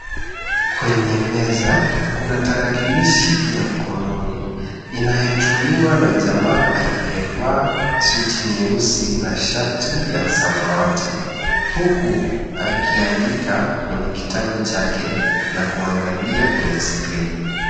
Kwenye meza, kuna tarakilishi ya mkononi inayotumiwa na jamaa aliyevaa suti nyeusi na shati ya samawati, huku akiandika kwenye kitabu chake na kuangalia kwenye skrini.